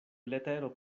letero